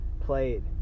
played